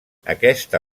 aquesta